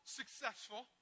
successful